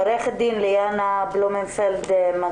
עורכת הדין ליאנה בלומנפלד-מגד,